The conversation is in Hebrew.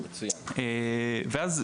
ואז,